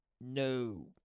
No